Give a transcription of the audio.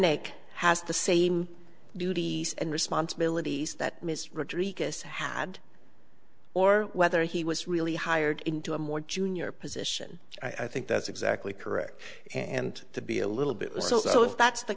make has the same duties and responsibilities that ms rich regus had or whether he was really hired into a more junior position i think that's exactly correct and to be a little bit so if that's the